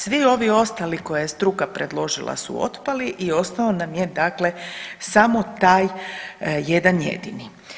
Svi ovi ostali koje je struka predložila su otpali i ostao nam je dakle samo taj jedan jedini.